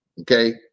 okay